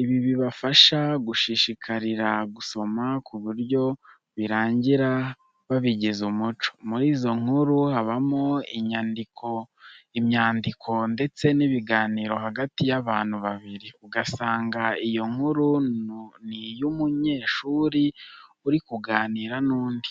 ibi bibafasha gushishikarira gusoma ku buryo birangira babigize umuco. Muri izo nkuru habamo imyandiko ndetse n'ibiganiro hagati y'abantu babiri, ugasanga iyo nkuru ni iy'umunyeshuri uri kuganira n'undi.